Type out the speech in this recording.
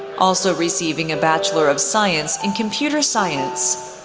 also receiving a bachelor of science in computer science.